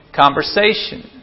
conversation